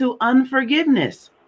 unforgiveness